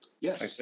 Yes